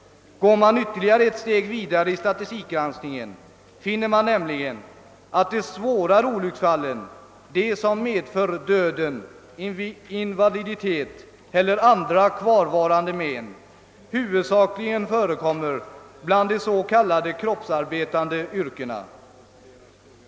Om man går ytterligare ett steg i statistikgranskningen finner man nämligen att de svårare olycksfallen, de som medför död, invaliditet eller andra kvarvarande men, huvudsakligen förekommer i yrken med kroppsarbete.